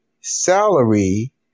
salary